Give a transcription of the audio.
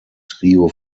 trio